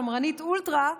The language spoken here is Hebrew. השמרנית אולטרה,